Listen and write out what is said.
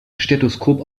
stethoskop